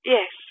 Yes